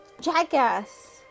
jackass